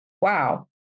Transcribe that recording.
wow